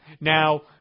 now